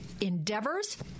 endeavors